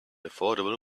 affordable